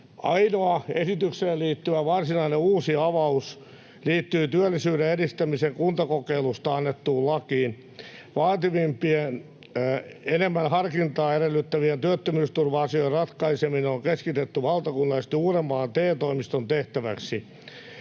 Ainoa esitykseen liittyvä varsinainen uusi avaus liittyy työllisyyden edistämisen kuntakokeilusta annettuun lakiin. Vaativimpien, enemmän harkintaa edellyttävien työttömyysturva-asioiden ratkaiseminen on keskitetty valtakunnallisesti Uudenmaan TE-toimiston tehtäväksi.